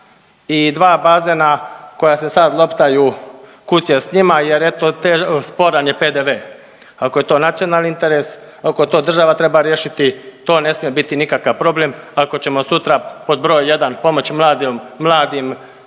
i dva bazena koja se sad loptaju kud će s njima jer eto sporan je PDV. Ako je to nacionalni interes, ako to država treba riješiti to ne smije biti nikakav problem ako ćemo sutra pod broj jedan pomoć mladim, mladim,